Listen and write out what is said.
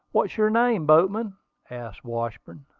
what's your name, boatman? asked washburn.